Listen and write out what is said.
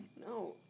No